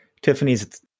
Tiffany's